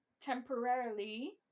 temporarily